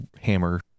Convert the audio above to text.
hammer